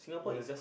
yeah